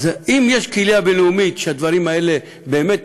אז אם יש קהילה בין-לאומית שהדברים האלה באמת